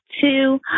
Two